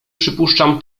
przypuszczam